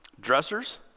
dressers